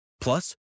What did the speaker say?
Plus